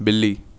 بلی